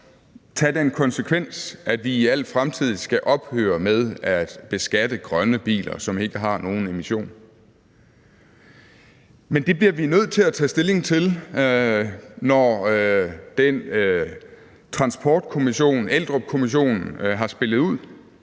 tage den konsekvens, at vi i al fremtid skal ophøre med at beskatte grønne biler, som ikke har nogen emission. Men det bliver vi nødt til at tage stilling til, når transportkommissionen, Eldrupkommissionen, har spillet ud,